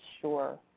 Sure